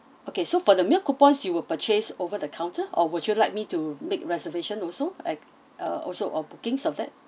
okay so for the meal coupons you will purchase over the counter or would you like me to make reservation also like uh also or bookings of that